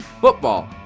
football